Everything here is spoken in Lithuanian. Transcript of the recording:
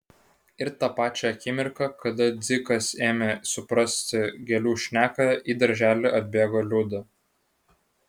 ir tą pačią akimirką kada dzikas ėmė suprasti gėlių šneką į darželį atbėgo liuda